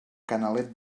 canalet